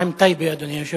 מה עם טייבה, אדוני היושב-ראש?